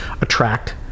attract